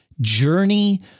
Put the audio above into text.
journey